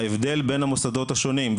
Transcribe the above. ההבדל בין המוסדות השונים.